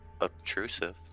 obtrusive